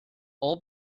all